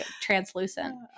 translucent